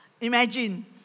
imagine